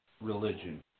religion